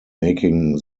making